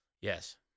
Yes